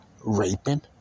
raping